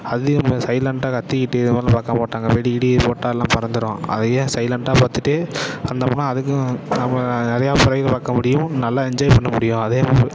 அதில் இப்போ சைலன்ட்டாக கத்திக்கிட்டு இதுமாதிரி பார்க்க மாட்டாங்க வெடி கிடி போட்டால் எல்லாம் பறந்துடும் அதேயே சைலண்டாக பார்த்துட்டு வந்தம்மா அதுக்கும் நம்ப நிறையாக பறவைகள் பார்க்க முடியும் நல்லா என்ஜாய் பண்ண முடியும் அதேமாதிரி